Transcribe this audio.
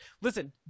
Listen